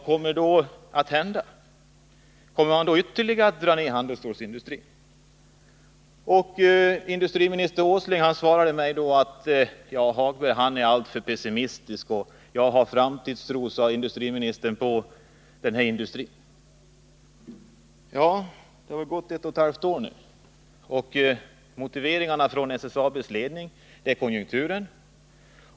Kommer man då ytterligare att dra ned handelsstålsindustrin? Industriminister Åsling svarade mig då: Lars-Ove Hagberg är alltför pessimistisk, men jag har framtidstro när det gäller den här industrin. Det har nu gått ett och ett halvt år sedan dess, och motiveringarna från SSAB:s ledning nu är konjunkturen.